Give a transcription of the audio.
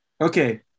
okay